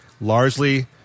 largely